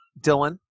Dylan